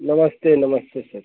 नमस्ते नमस्ते सर